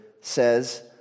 says